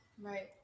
Right